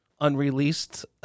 unreleased